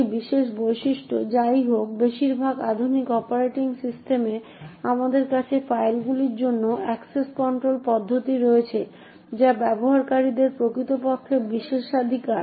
এই বিশেষ বৈশিষ্ট্য যাইহোক বেশিরভাগ আধুনিক অপারেটিং সিস্টেমে আমাদের কাছে ফাইলগুলির জন্য অ্যাক্সেস কন্ট্রোল পদ্ধতি রয়েছে যা ব্যবহারকারীদের প্রকৃতপক্ষে বিশেষাধিকার